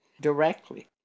directly